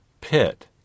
pit